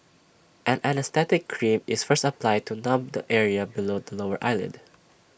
an anaesthetic cream is first applied to numb the area below the lower eyelid